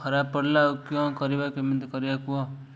ଖରାପ ପଡ଼ିଲା ଆଉ କିଆଁ କରିବା କେମିତି କରିବା କୁୁହ